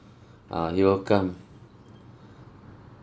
ah he will come